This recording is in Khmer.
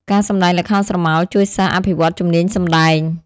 ការសម្តែងល្ខោនស្រមោលជួយសិស្សអភិវឌ្ឍជំនាញសម្តែង។